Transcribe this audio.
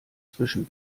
zwischen